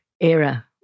era